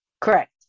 Correct